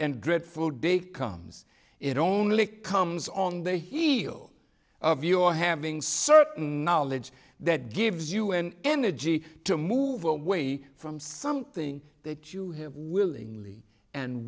and dreadful day comes it only comes on the heel of your having certain knowledge that gives you an energy to move away from something that you willingly and